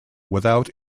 without